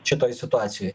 šitoj situacijoj